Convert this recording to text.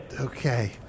Okay